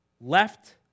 left